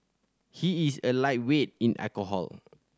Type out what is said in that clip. he is a lightweight in alcohol